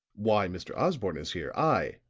why mr. osborne is here i,